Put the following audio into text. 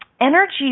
energy